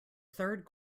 third